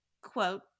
quote